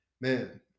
Man